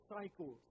cycles